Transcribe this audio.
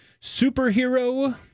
superhero